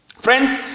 friends